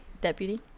Deputy